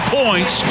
points